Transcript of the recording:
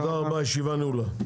תודה רבה, הישיבה נעולה.